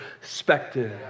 perspective